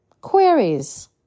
queries